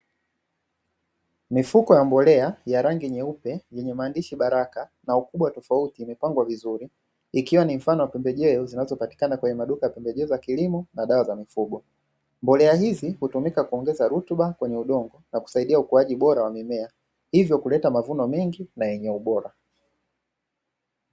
Mifuko ya mbolea ya rangi nyeupe yenye maandishi Baraka na ubukwa tofauti imepangwa vizuri. Ikiwa ni mfano wa pembejeo zinazopatikana kwenye maduka ya pembejeo za kiliomo na dawa za mifugo. Mbolea hizi hutumika kuongeza rutuba kwenye udongo na kusaidia ukuaji bora wa mimea hivyo kuleta mavuno mengi na yenye ubora